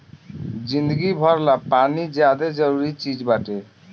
जिंदगी भर ला पानी ज्यादे जरूरी चीज़ बाटे